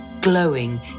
glowing